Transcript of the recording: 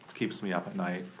keeps me up at night.